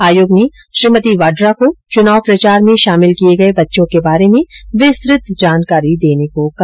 आयोग ने श्रीमती वाड्रा को चुनाव प्रचार में शामिल किये गये बच्चों के बारे में विस्तृत जानकारी देने को कहा